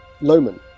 Loman